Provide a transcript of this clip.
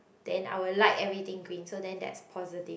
then I will like everything green so then that's positive